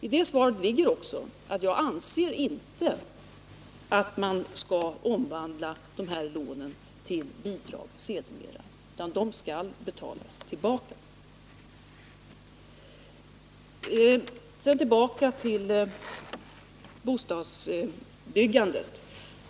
I detta mitt svar ligger också att jag inte anser att man sedermera skall omvandla de aktuella lånen till bidrag utan menar att de skall betalas tillbaka. Låt mig så komma tillbaka till bostadsbyggandet.